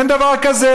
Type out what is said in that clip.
אין דבר כזה.